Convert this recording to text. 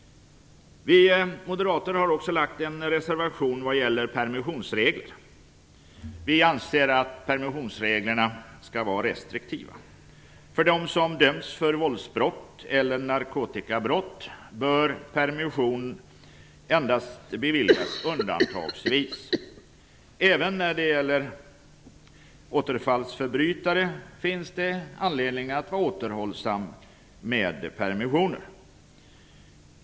Vi moderater har också lagt fram en reservation vad gäller permissionsregler. Vi anser att permissionsreglerna skall vara restriktiva. För dem som döms för våldsbrott eller narkotikabrott bör permission beviljas endast undantagsvis. Även när det gäller återfallsförbrytare finns det anledning att vara återhållsam med permissioner.